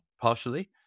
partially